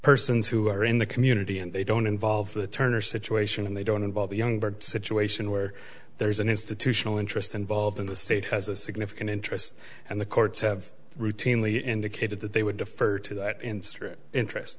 persons who are in the community and they don't involve the turner situation and they don't involve the young situation where there is an institutional interest involved in the state has a significant interest and the courts have routinely indicated that they would defer to that instrument interest